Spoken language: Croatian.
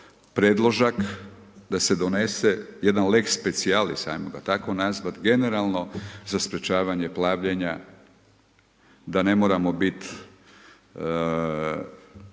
predložak, da se donese jedan lex specialis, ajmo ga tako nazvati, generalno za sprečavanje plavljenja da ne moramo biti,